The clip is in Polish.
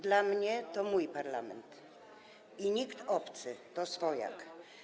Dla mnie to mój parlament i nikt obcy - to swojak.